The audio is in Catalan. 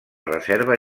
reserva